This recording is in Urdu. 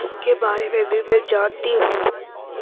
ان کے بارے میں بھی میں جانتی ہوں